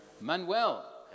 Manuel